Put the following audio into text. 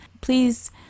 please